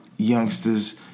Youngsters